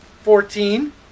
fourteen